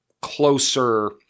closer